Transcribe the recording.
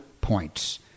points